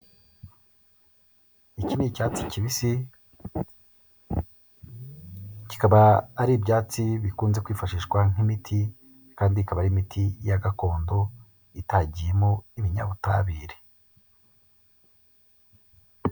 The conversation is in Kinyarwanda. Iki ni icyatsi kibisi kikaba ari ibyatsi bikunze kwifashishwa nk'imiti kandi ikaba ari imiti ya gakondo itagiyemo ibinyabutabire.